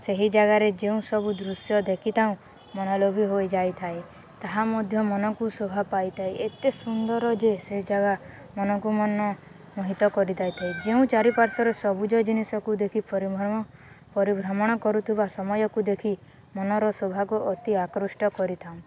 ସେହି ଜାଗାରେ ଯେଉଁ ସବୁ ଦୃଶ୍ୟ ଦେଖିଥାଉଁ ମନଲୋଭ ବି ହୋଇଯାଇଥାଏ ତାହା ମଧ୍ୟ ମନକୁ ଶୋଭା ପାଇଥାଏ ଏତେ ସୁନ୍ଦର ଯେ ସେ ଜାଗା ମନକୁ ମନ ମୋହିତ କରିଦେଇଥାଏ ଯେଉଁ ଚାରିପାର୍ଶ୍ୱରେ ସବୁଜ ଜିନିଷକୁ ଦେଖି ପରିଭ୍ରମଣ କରୁଥିବା ସମୟକୁ ଦେଖି ମନର ଶୋଭାକୁ ଅତି ଆକୃଷ୍ଟ କରିଥାଉଁ